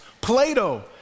Plato